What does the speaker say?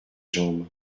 jambes